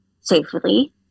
safely